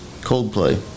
Coldplay